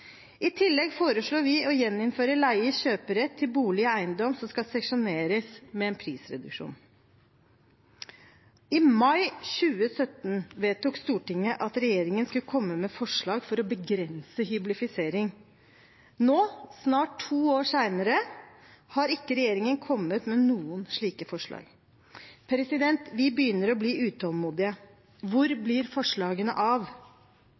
I tillegg foreslår vi å gjeninnføre leiers kjøperett til bolig og eiendom som skal seksjoneres, med en prisreduksjon. I mai 2017 vedtok Stortinget at regjeringen skulle komme med forslag for å begrense hyblifisering. Nå, snart to år senere, har ikke regjeringen kommet med noen slike forslag. Vi begynner å bli utålmodige. Hvor blir forslagene av?